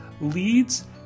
leads